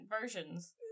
versions